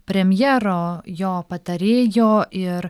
premjero jo patarėjo ir